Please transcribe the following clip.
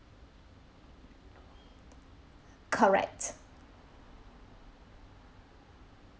correct